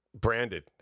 branded